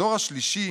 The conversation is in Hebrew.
בדור השלישי